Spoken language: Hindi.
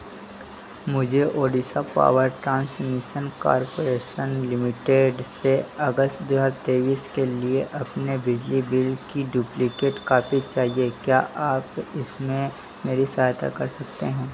मुझे Odisha power transmission corporation limited से अगस्त दो हज़ार तेईस के लिए अपने बिजली बिल की डुप्लिकेट कापी चाहिए क्या आप इसमें मेरी सहायता कर सकते हैं